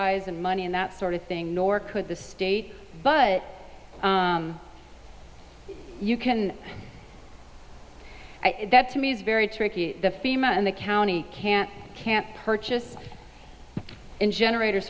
e and money and that sort of thing nor could the state but you can that to me is very tricky the fema and the county can't can't purchase in generators